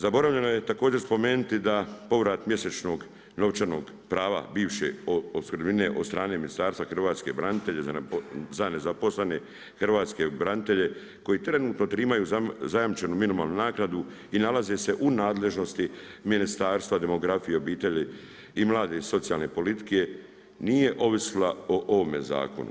Zaboravljeno je također spomenuti da povrat mjesečnog novčanog prava bivše opskrbnine od strane Ministarstva hrvatskih branitelja za nezaposlene hrvatske branitelje koji trenutno primaju zajamčenu minimalnu naknadu i nalaze se u nadležnosti Ministarstva demografije, obitelji, mladih i socijalne politike nije ovisila o ovome zakonu.